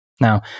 Now